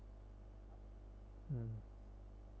mm